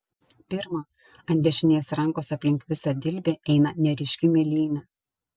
pirma ant dešinės rankos aplink visą dilbį eina neryški mėlynė